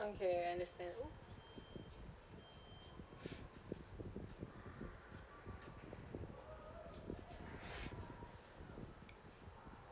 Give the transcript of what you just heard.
okay understand oh